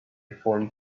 formed